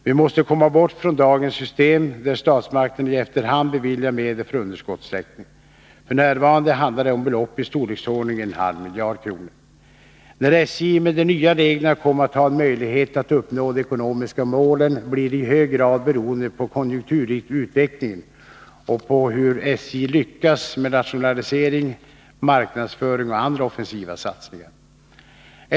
Vi måste komma bort från dagens system, där statsmakterna i efterhand beviljar medel för underskottstäckning — f. n. handlar det om belopp i storleksordningen en halv miljard kronor. När SJ med de nya reglerna kommer att ha möjlighet att uppnå de ekonomiska målen blir i hög grad beroende på konjunkturutvecklingen och på hur SJ lyckas med rationaliseringar, marknadsföring och andra offensiva satsningar.